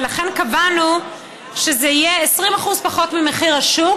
ולכן קבענו שזה יהיה 20% פחות ממחיר השוק,